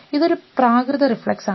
ഇത് ഒരു പ്രാകൃത റിഫ്ലെക്സ് ആണ്